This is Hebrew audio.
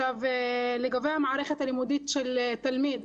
לגבי המערכת הלימודית של התלמיד.